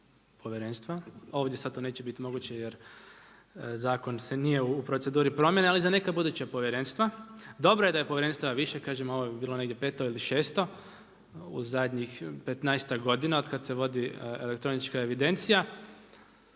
ovdje sad to neće biti moguće jer zakon nije u proceduri promjene ali za neka buduća povjerenstva. Dobro je da je povjerenstava više, kažem ovo bi bilo negdje peto ili šesto u zadnjih petnaestak godina od kad se vodi elektronička evidencija.